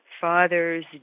father's